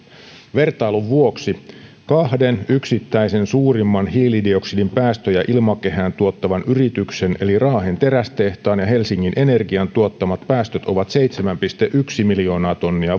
vertailun vuoksi kahden yksittäisen suurimman hiilidioksidipäästöjä ilmakehään tuottavan yrityksen eli raahen terästehtaan ja helsingin energian tuottamat päästöt ovat seitsemän pilkku yksi miljoonaa tonnia